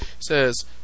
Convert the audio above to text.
Says